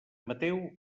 mateu